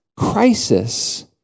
Crisis